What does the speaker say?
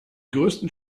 größten